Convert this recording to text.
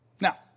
Now